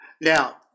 now